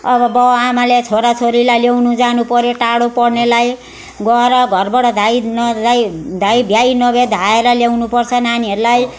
अब बाउ आमाले छोरा छोरीलाई ल्याउनु जानु पर्यो टाढो पढ्नेलाई गएर घरबाट धाई नधाई धाई भ्याई नभ्याई धाएर ल्याउनु पर्छ नानीहरूलाई